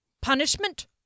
Punishment